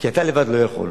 כי אתה לבד לא יכול.